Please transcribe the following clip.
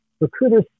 recruiters